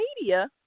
media